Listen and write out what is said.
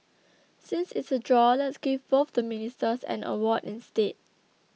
since it's a draw let's give both the Ministers an award instead